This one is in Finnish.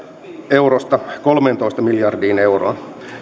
eurosta kolmeentoista miljardiin euroon